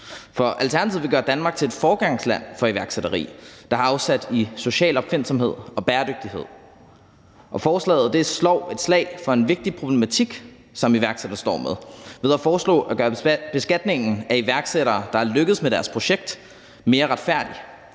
for Alternativet vil gøre Danmark til et foregangsland for iværksætteri, der har afsæt i social opfindsomhed og bæredygtighed. Forslaget slår et slag for en vigtig problematik, som iværksættere står med, ved at foreslå at gøre beskatningen af iværksættere, der er lykkedes med deres projekt, mere retfærdig